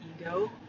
Ego